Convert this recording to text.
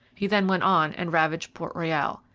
he then went on and ravaged port royal.